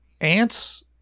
Ants